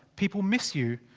people miss you,